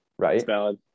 Right